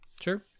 sure